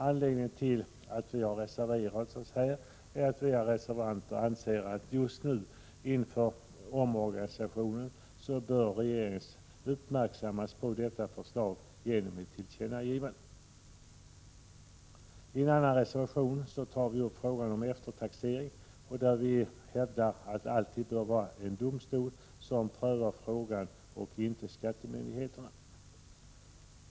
Anledningen till reservationen är att vi reservanter anser att regeringen just nu, inför omorganisationen, bör uppmärksammas på detta förslag genom ett tillkännagivande. I en annan reservation anser vi reservanter att det vid en eftertaxering alltid bör vara en domstol som prövar frågan och inte skattemyndigheterna.